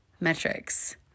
metrics